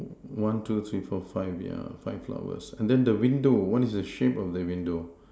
one two three four five yeah five flowers and then the window what is the shape of the window